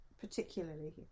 Particularly